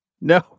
no